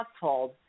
household